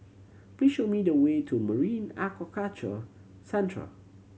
please show me the way to Marine Aquaculture Centre